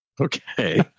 Okay